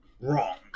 Wrong